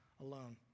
alone